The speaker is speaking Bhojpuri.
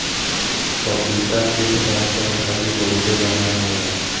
पपीता पेट साफ़ करे खातिर बहुते बढ़िया होला